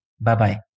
Bye-bye